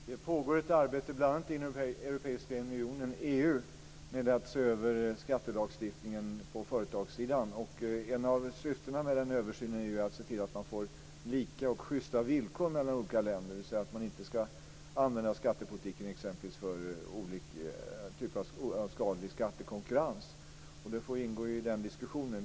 Fru talman! Det pågår ett arbete bl.a. inom EU när det gäller att se över skattelagstiftningen på företagssidan. Ett av syftena med översynen är att se till att man får lika och justa villkor mellan olika länder så att man inte ska använda skattepolitiken exempelvis för någon typ av skadlig skattekonkurrens. Det får ingå i den diskussionen.